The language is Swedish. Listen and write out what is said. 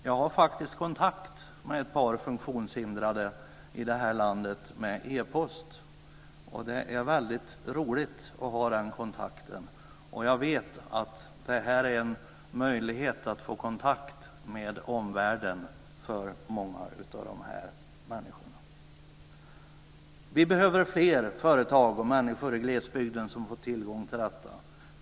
Jag har faktiskt kontakt med ett par funktionshindrade i landet via e-post. Det är väldigt roligt att ha den kontakten. Jag vet att det här innebär en möjlighet att få kontakt med omvärlden för många av dessa människor. Fler företag och människor i glesbygden behöver få tillgång till detta.